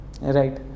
Right